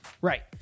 Right